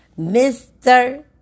Mr